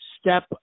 step